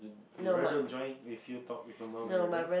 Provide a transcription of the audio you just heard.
your brother don't join with you talk with your mom or anything